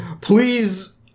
Please